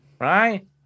right